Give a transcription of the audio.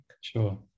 sure